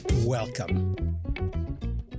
Welcome